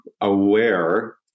aware